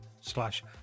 slash